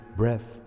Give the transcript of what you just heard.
breath